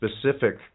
specific